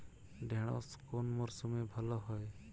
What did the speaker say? ঢেঁড়শ কোন মরশুমে ভালো হয়?